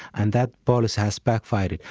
and that policy has backfired,